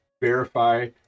verify